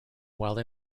while